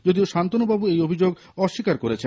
যদিও শান্তনুবাবু এই অভিযোগ অস্বীকার করেছেন